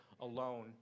alone